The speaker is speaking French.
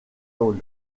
hall